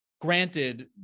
granted